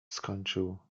skończył